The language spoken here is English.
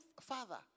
father